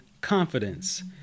Confidence